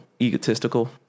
egotistical